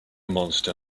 monster